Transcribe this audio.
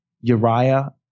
uriah